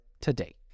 today